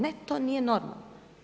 Ne, to nije normalno.